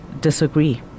disagree